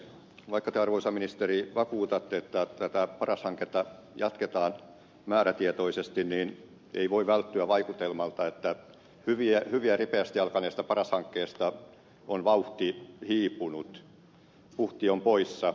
vaikka te arvoisa ministeri vakuutatte että tätä paras hanketta jatketaan määrätietoisesti ei voi välttyä vaikutelmalta että hyvin ja ripeästi alkaneesta paras hankkeesta on vauhti hiipunut puhti on poissa